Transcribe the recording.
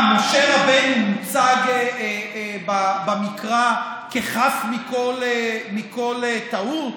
משה רבנו הוצג במקרא כחף מכל טעות?